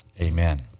amen